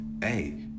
hey